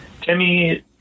Timmy